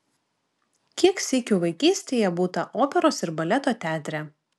kiek sykių vaikystėje būta operos ir baleto teatre